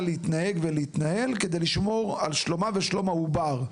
להתנהג ולהתנהל כדי לשמור על שלומה ועל שלום העובר.